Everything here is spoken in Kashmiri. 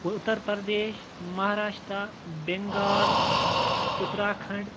اُتَر پَردیش مہراشٹرا بنگال اُتراکَھنٛڈ